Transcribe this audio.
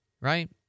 right